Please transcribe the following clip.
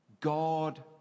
God